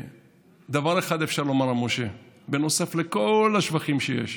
דבר אחד אפשר לומר על משה, בנוסף לכל השבחים שיש: